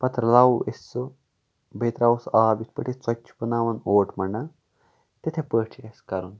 پَتہٕ رلاوو أسۍ سُہ بیٚیہِ تراوہوس آب یِتھہ پٲٹھۍ أسۍ ژوچہِ چھِ بناوان اوٹ مانڑان تِتھاے پٲٹھۍ چھُ اَسہِ کَرُن